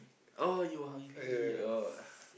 oh you were hungry oh